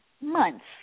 months